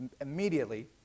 immediately